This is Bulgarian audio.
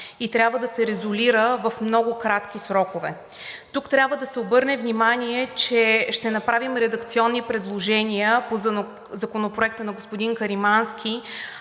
и трябва да се резолира в много кратки срокове. Тук трябва да се обърне внимание, че ще направим редакционни предложения по Законопроекта на господин Каримански